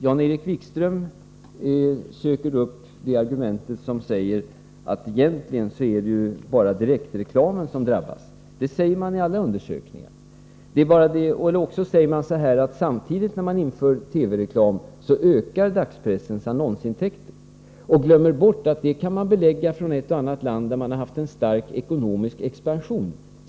Jan-Erik Wikström söker upp det argument som säger att det egentligen bara är direktreklamen som drabbas. Ja, det sägs i alla undersökningar. Eller också säger man att dagspressens annonsintäkter ökar samtidigt som man inför TV-reklam. Men man glömmer bort att tala om att det har gällt i ett och annat land som har haft en stark ekonomisk expansion.